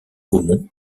aumont